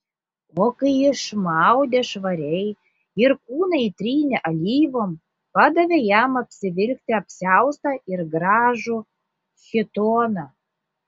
o kai išmaudė švariai ir kūną įtrynė alyvom padavė jam apsivilkti apsiaustą ir gražų chitoną